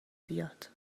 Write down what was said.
بیاد